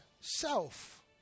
self